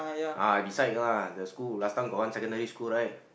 ah beside lah the school last time got one secondary school right